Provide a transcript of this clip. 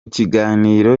kiganiro